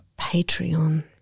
Patreon